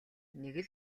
нэг